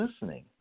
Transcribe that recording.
listening